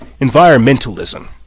environmentalism